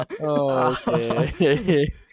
Okay